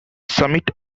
summit